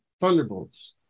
Thunderbolts